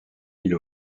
mille